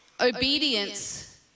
obedience